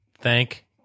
Thank